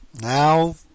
Now